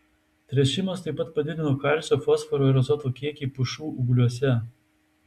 tręšimas taip pat padidino kalcio fosforo ir azoto kiekį pušų ūgliuose